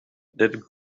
that